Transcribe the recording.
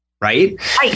right